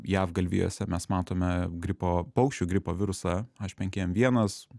jav galvijuose mes matome gripo paukščių gripo virusą h penki n vienas